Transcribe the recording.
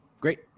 great